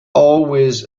always